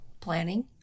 planning